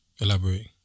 Elaborate